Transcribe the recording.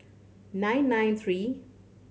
nine nine three